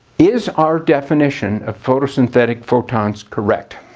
is our definition of photosynthetic photons correct?